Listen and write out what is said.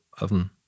oven